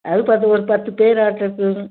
அது பத்து ஒரு பத்துப்பேர் அழைச்சிட்டு